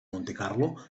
montecarlo